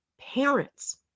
parents